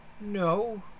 No